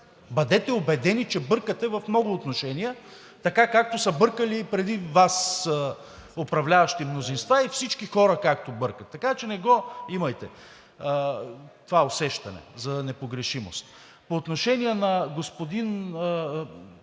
Бъдете убедени, че бъркате в много отношения така, както са бъркали преди Вас управляващи мнозинства и както бъркат всички хора, така че не го имайте това усещане за непогрешимост. По отношение на господин